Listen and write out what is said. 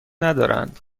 ندارند